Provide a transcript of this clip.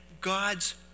God's